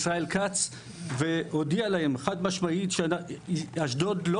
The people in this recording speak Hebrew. ישראל כץ והודיע להם חד משמעית שאשדוד לא